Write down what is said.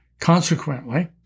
Consequently